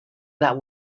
that